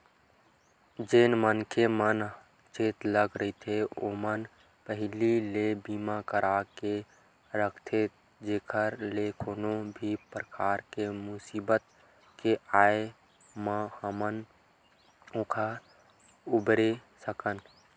जेन मनखे मन ह चेतलग रहिथे ओमन पहिली ले बीमा करा के रखथे जेखर ले कोनो भी परकार के मुसीबत के आय म हमन ओखर उबरे सकन